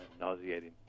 nauseating